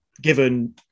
given